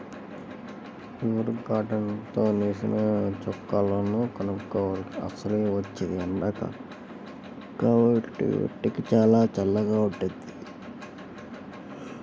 pure cotton తో నేసిన చొక్కాలను కొనుక్కోవాలి, అసలే వచ్చేది ఎండాకాలం కాబట్టి ఒంటికి చానా చల్లగా వుంటది